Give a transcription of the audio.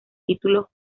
título